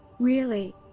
really.